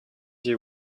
you